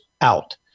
out